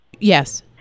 Yes